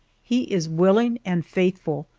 he is willing and faithful,